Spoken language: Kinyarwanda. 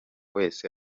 wese